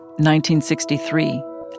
1963